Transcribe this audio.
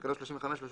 תקנות 35 ו-35א